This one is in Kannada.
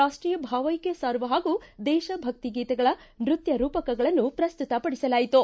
ರಾಷ್ಟೀಯ ಭಾವೈಕ್ಯ ಸಾರುವ ಹಾಗೂ ದೇಶ ಭಕ್ತಿ ಗೀತೆಗಳ ನೃತ್ಯ ರೂಪಕಗಳನ್ನು ಪ್ರಸ್ತುತಪಡಿಸಲಾಯಿತು